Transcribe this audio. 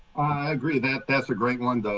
agree that that's a great one,